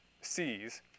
Cs